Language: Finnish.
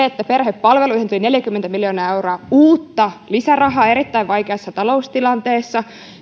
että perhepalveluihin tuli neljäkymmentä miljoonaa euroa uutta lisärahaa erittäin vaikeassa taloustilanteessa